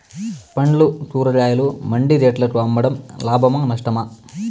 పండ్లు కూరగాయలు మండి రేట్లకు అమ్మడం లాభమేనా నష్టమా?